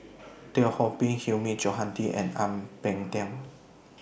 Teo Ho Pin Hilmi Johandi and Ang Peng Tiam